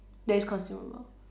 that is consumable